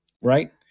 right